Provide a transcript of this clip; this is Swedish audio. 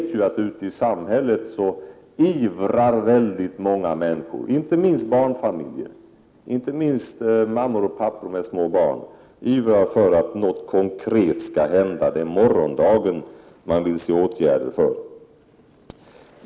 Vi vet att ute i samhället ivrar många människor, inte minst barnfamiljer — mammor och pappor med små barn —, för att något konkret skall hända. Det är för morgondagen man vill se åtgärder.